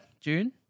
June